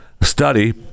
Study